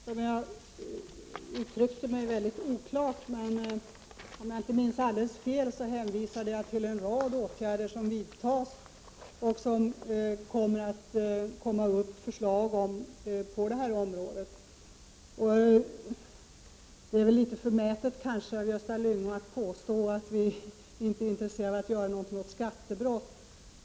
Herr talman! Jag vet inte om jag uttryckte mig väldigt oklart, men om jag inte minns alldeles fel hänvisade jag till en rad åtgärder som vidtas och till förslag som kommer upp på detta område. Det är kanske litet förmätet av Gösta Lyngå att påstå att vi inte är intresserade av att göra något åt skattebrott.